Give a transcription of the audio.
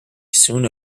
soon